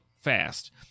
fast